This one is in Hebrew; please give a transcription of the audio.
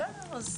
בסדר.